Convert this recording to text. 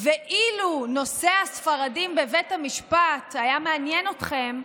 אילו נושא הספרדים בבית המשפט היה מעניין אתכם,